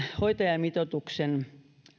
hoitajamitoituksen